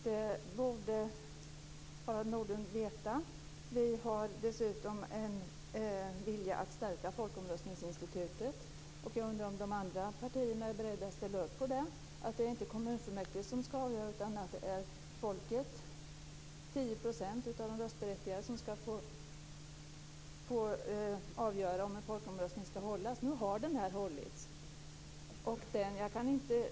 Det borde Harald Nordlund veta. Vi har dessutom en vilja att stärka folkomröstningsinstitutet. Jag undrar om de andra partierna är beredda att ställa upp på att det inte är kommunfullmäktige som skall avgöra utan folket, 10 % av de röstberättigade, som skall få avgöra om en folkomröstning skall hållas. Nu har en folkomröstning hållits.